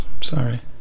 Sorry